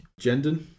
Jendon